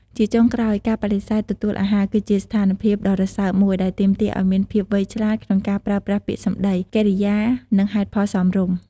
ជាចុងក្រោយ ការបដិសេធទទួលអាហារ គឺជាស្ថានភាពដ៏រសើបមួយ ដែលទាមទារឲ្យមានភាពវៃឆ្លាតក្នុងការប្រើប្រាស់ពាក្យសម្ដី កិរិយា និងហេតុផលសមរម្យ។